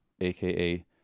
aka